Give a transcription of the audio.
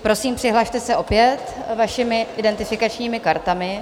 Prosím, přihlaste se opět svými identifikačními kartami.